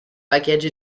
package